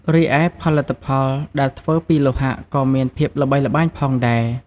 រីឯផលិតផលដែលធ្វើពីលោហៈក៏មានភាពល្បីល្បាញផងដែរ។